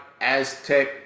Aztec